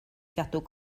gadw